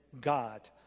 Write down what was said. God